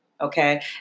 okay